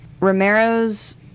Romero's